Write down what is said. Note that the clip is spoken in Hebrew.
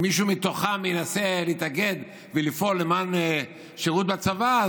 אם מישהו מתוכם ינסה להתאגד ולפעול למען שירות בצבא,